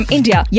India